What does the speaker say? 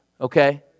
okay